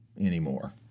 anymore